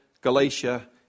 Galatia